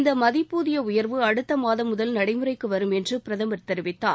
இந்த மதிப்பூதிய உயர்வு அடுத்த மாதம் முதல் நடைமுறைக்கு வரும் என்று பிரதமர் தெரிவித்தார்